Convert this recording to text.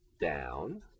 down